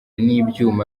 n’ibyuma